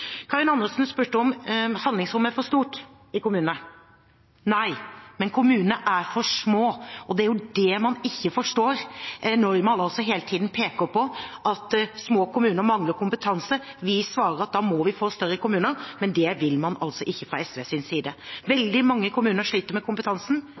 Karin Andersen spurte om handlingsrommet er for stort i kommunene. Nei, men kommunene er for små, og det er det man ikke forstår når man hele tiden peker på at små kommuner mangler kompetanse. Vi svarer at da må vi få større kommuner, men det vil man altså ikke fra SVs side.